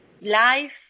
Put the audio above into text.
Life